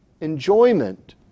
enjoyment